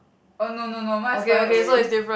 oh no no no mine is flying away